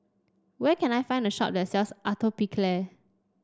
where can I find a shop that sells Atopiclair